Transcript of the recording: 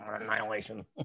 annihilation